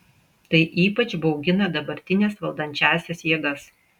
tai ypač baugina dabartines valdančiąsias jėgas